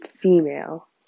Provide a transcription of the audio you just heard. female